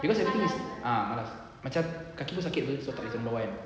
cause everything is ah malas macam kaki pun sakit [pe] so tak boleh turun bawah